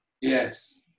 Yes